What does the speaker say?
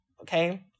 okay